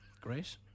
Great